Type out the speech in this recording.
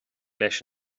leis